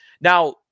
Now